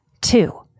Two